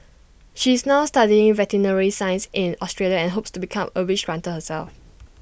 she is now studying veterinary science in Australia and hopes to become A wish granter herself